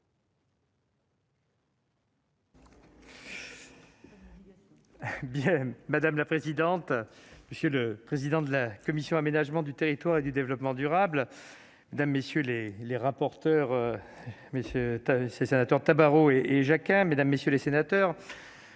Madame la présidente, monsieur le président de la. Commission aménagement du territoire et du développement durable, dames, messieurs les les rapporteurs, mais ces sénateurs Tabarot et Jacquet, mesdames, messieurs les sénateurs,